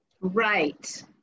Right